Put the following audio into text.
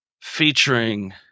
featuring